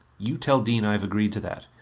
you tell dean i have agreed to that.